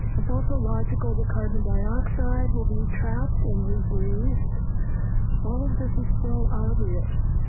it's also logical that carbon dioxide will be trapped and rebreathed all of this is so obvious.